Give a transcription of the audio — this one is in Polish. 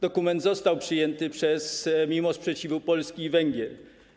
Dokument został przyjęty mimo sprzeciwu Polski i Węgier.